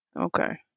Okay